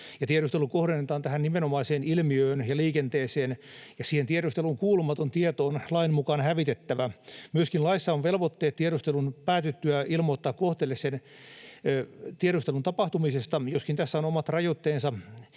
tiedustelu kohdennetaan tähän nimenomaiseen ilmiöön ja liikenteeseen, ja siihen tiedusteluun kuulumaton tieto on lain mukaan hävitettävä. Laissa on myöskin velvoitteet tiedustelun päätyttyä ilmoittaa kohteelle sen tiedustelun tapahtumisesta, joskin tässä on omat rajoitteensa,